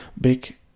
big